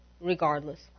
regardless